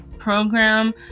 program